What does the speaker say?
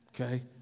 Okay